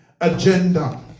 agenda